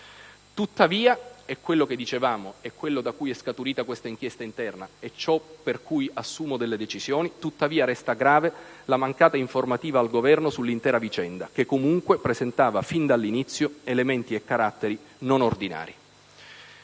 Tuttavia - è quello che dicevamo, è quello da cui è scaturita l'inchiesta interna e ciò per cui assumo delle decisioni - resta grave la mancata informativa al Governo sull'intera vicenda che, comunque, presentava fin dall'inizio elementi e caratteri non ordinari.